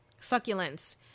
succulents